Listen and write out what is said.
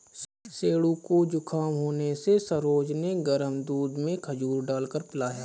सेठू को जुखाम होने से सरोज ने गर्म दूध में खजूर डालकर पिलाया